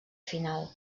final